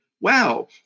wow